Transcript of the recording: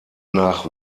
nach